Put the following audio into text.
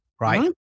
Right